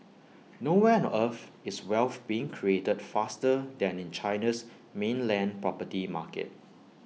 nowhere on earth is wealth being created faster than in China's mainland property market